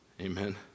Amen